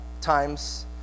times